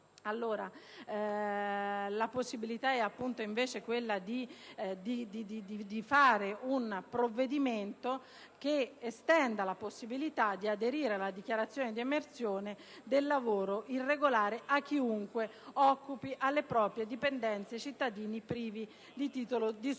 la possibilità di adottare un apposito provvedimento volto ad estendere la possibilità di aderire alle dichiarazioni di emersione del lavoro irregolare a chiunque occupi alle proprie dipendenze cittadini privi di titolo di soggiorno